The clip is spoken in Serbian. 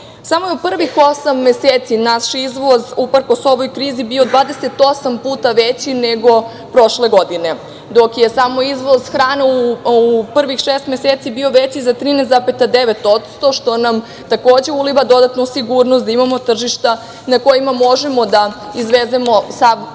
je u prvih osam meseci naš izvoz, uprkos ovoj krizi bio 28 puta veći nego prošle godine, dok je samo izvoz hrane u prvih šest meseci bio veći za 13,9% što nam uliva dodatnu sigurnost da imamo tržišta na kojima možemo da izvezemo sav višak.